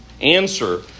Answer